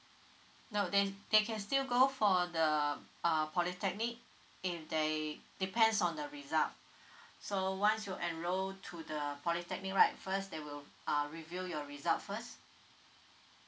no they they can still go for the uh polytechnic if they depends on the result so once you enrol to the polytechnic right first they will uh review your result first